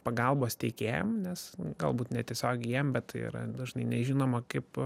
pagalbos teikėjam nes galbūt netiesiogiai jiem bet tai yra dažnai nežinoma kaip